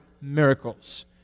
miracles